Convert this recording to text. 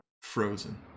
frozen